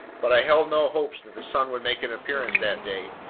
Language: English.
but i held no hopes that the sun would make an appearance that day.